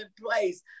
place